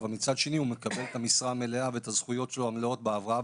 אבל מצד שני הוא מקבל את המשרה המלאה ואת הזכויות המלאות שלו בהבראה,